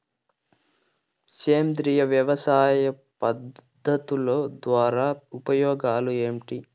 సేంద్రియ వ్యవసాయ పద్ధతుల ద్వారా ఉపయోగాలు ఏంటి?